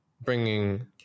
bringing